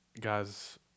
Guys